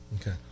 Okay